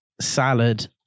salad